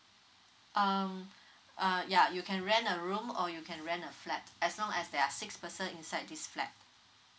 um uh ya you can rent a room or you can rent a flat as long as there are six person inside this flat